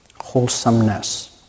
wholesomeness